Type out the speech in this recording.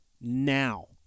now